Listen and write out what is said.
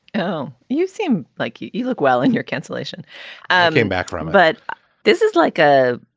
oh, you seem like you you look well in your cancellation ah in background but this is like a